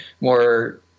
more